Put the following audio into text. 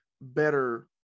better